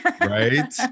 Right